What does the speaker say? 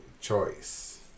choice